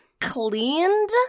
cleaned